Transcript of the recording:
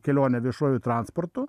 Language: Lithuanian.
kelionę viešuoju transportu